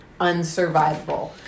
unsurvivable